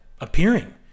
appearing